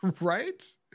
Right